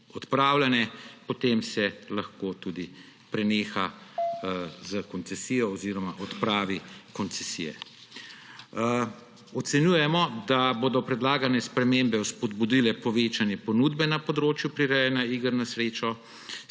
potem se lahko tudi preneha s koncesijo oziroma odpravi koncesije. Ocenjujemo, da bodo predlagane spremembe spodbudile povečanje ponudbe na področju prirejanja iger na srečo.